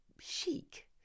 Chic